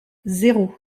zéro